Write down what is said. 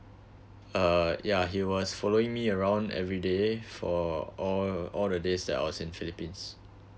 uh ya he was following me around everyday for all all the days that I was in philippines